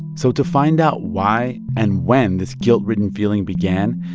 so to find out why and when this guilt-ridden feeling began,